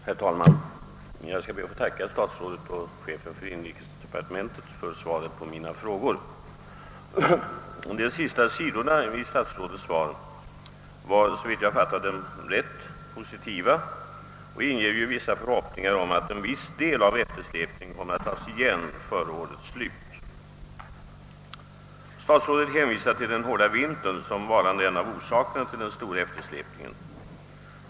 Herr talman! Jag ber att få tacka statsrådet och chefen för inrikesdepartementet för svaret på mina frågor. De sista sidorna i statsrådets svar var, såvitt jag fattat dem rätt, positiva och inger förhoppningar om att en viss del av eftersläpningen kommer att tas igen före årets slut. Statsrådet hänvisar till den hårda vintern som varande en av orsakerna till den stora eftersläpningen.